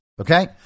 okay